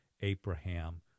abraham